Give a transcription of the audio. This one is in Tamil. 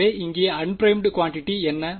எனவே இங்கே அன்பிறைமுட் குவான்டிட்டி என்ன